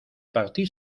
parti